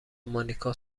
مانیکا